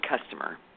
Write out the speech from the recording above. customer